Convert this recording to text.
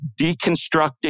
Deconstructing